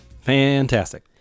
fantastic